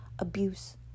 Abuse